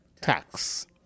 tax